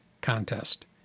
contest